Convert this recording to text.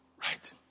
Right